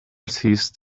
ceased